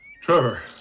Trevor